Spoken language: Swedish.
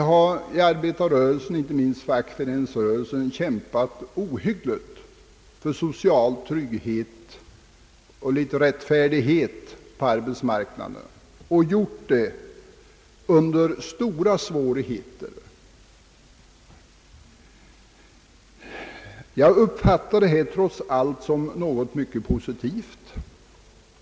Vi har inom arbetarrörelsen och inte minst fackföreningsrörelsen fått strida oerhört för social trygghet och större rättfärdighet på arbetsmarknaden. Svårigheterna har varit kolossala. Trots allt uppfattar jag detta som någonting mycket positivt.